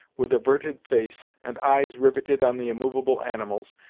with averted face and eyes riveted on the immovable animals,